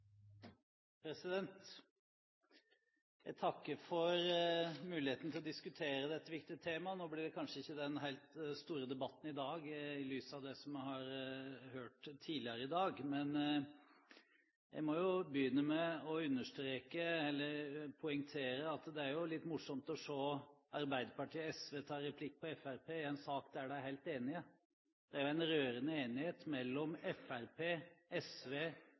å diskutere dette viktige temaet. Nå blir det kanskje ikke den helt store debatten i dag – i lys av det som vi har hørt tidligere i dag. Jeg må begynne med å understreke, eller poengtere, at det er litt morsomt å se Arbeiderpartiet og SV ta replikk på Fremskrittspartiet i en sak der de er helt enige. Det er en rørende enighet mellom Fremskrittspartiet, SV